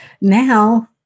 now